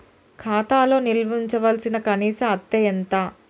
ఖాతా లో నిల్వుంచవలసిన కనీస అత్తే ఎంత?